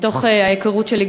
מתוך ההיכרות שלי,